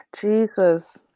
Jesus